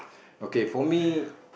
okay for me